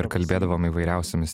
ir kalbėdavom įvairiausiomis